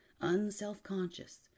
unselfconscious